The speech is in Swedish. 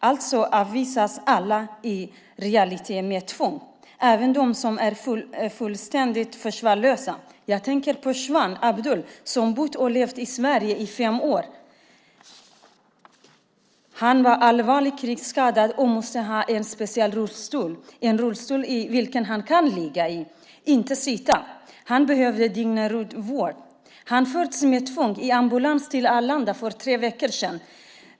Alltså avvisas alla i realiteten med tvång, även de som är fullständigt försvarslösa. Jag tänker på Shwan Abdul, som bott och levt i Sverige i fem år. Han var allvarligt krigsskadad och måste ha en speciell rullstol, en rullstol i vilken han kunde ligga, inte sitta. Han behövde dygnetruntvård. Han fördes med tvång i ambulans till Arlanda för tre veckor sedan.